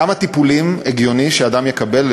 כמה טיפולים הגיוני שאדם יקבל?